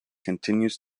continues